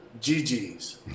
GGs